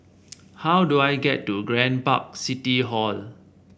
how do I get to Grand Park City Hall